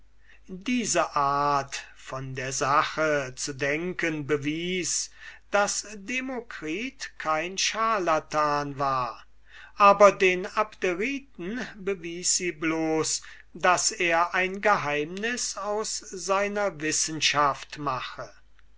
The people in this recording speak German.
diese art von der sache zu denken bewies daß demokritus kein scharlatan war aber den abderiten bewies sie bloß daß er ein geheimnis aus seiner wissenschaft mache